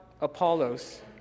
Apollos